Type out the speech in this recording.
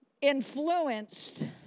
influenced